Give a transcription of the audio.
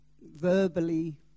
verbally